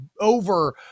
over